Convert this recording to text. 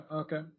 okay